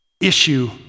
issue